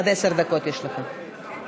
אם